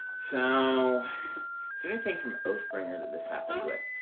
so so anything from oathbringer that this happened with,